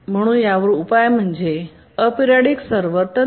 म्हणून यावर उपाय म्हणजे अॅपरिओडिक सर्व्हर तंत्र